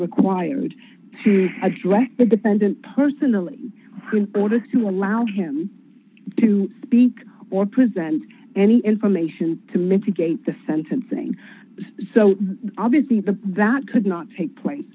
required to address the dependent personally order to allow him to speak or presenting any information to mitigate the sentencing so obviously the that could not take place